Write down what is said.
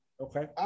Okay